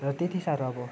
र त्यति साह्रो अब